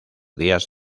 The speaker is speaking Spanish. días